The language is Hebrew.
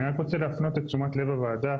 אני רק רוצה להפנות את תשומת לב הוועדה